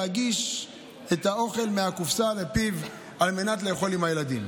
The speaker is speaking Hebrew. להגיש את האוכל מהקופסה לפיו כדי לאכול עם הילדים?